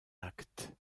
acte